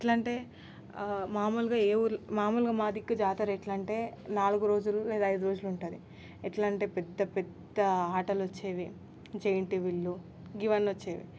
ఎట్లా అంటే మామూలుగా ఏ ఊరు మామూ లుగా మా దిక్కు జాతర ఎట్లా అంటే నాలుగు రోజులు లేదా ఐదు రోజులు ఉంటుంది ఎట్లా అంటే పెద్ద పెద్ద ఆటలు వచ్చేవి జెయింట్ వీళ్ళు ఇవన్నీ వచ్చేవి